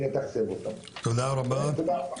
תודה רבה.